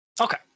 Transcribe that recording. Okay